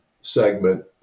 segment